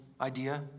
idea